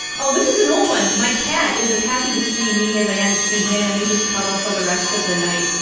oh, this is an old one, my cat is as happy to see me as i am to see him and we just cuddle for the rest of the night.